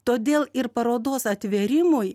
todėl ir parodos atvėrimui